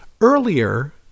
earlier